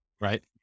right